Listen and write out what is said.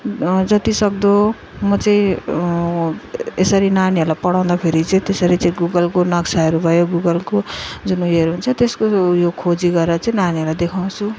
जति सक्दो म चाहिँ यसरी नानीहरूलाई पढाउँदाखेरि चाहिँ त्यसरी चाहिँ गुगलको नक्साहरू भयो गुगलको जुन उयोहरू हुन्छ त्यसको उयो खोजी गरेर चाहिँ नानीहरूलाई देखाउँछु